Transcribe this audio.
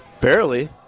Barely